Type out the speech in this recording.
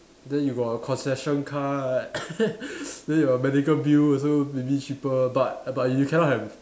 then you got a concession card then your medical bill also maybe cheaper but but you cannot have